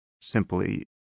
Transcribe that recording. simply